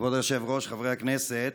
כבוד היושב-ראש, חברי הכנסת,